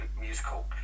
musical